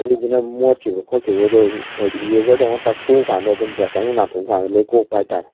ꯑꯗꯨꯗꯨꯅ ꯃꯣꯠꯈꯤꯕ ꯈꯣꯠꯈꯤꯕꯗꯣ ꯍꯥꯏꯗꯤ ꯏꯔꯦꯖꯔꯗꯧꯅ ꯇꯛꯊꯣꯛꯑꯀꯥꯟꯗ ꯑꯗꯨꯝ ꯕ꯭ꯔꯁꯇꯧꯅ ꯅꯥꯟꯊꯣꯛꯑꯀꯥꯟꯗ ꯂꯣꯏ ꯀꯣꯛꯄ ꯍꯥꯏꯇꯥꯔꯦ